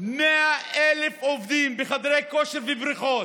100,000 עובדים בחדרי כושר ובריכות,